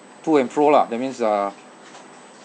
to and fro lah that means uh